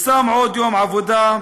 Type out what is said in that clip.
סתם עוד יום עבודה.